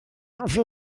hoffe